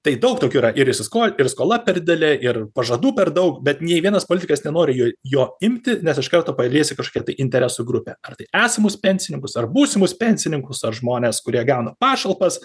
tai daug tokių yra ir įsisko ir skola per didelė ir pažadų per daug bet nei vienas politikas nenori jo jo imti nes iš karto paliesi kažkokią tai interesų grupę ar tai esamus pensininkus ar būsimus pensininkus ar žmones kurie gauna pašalpas